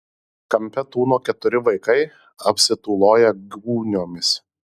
kampe tūno keturi vaikai apsitūloję gūniomis